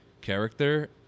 character